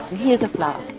here's a flower.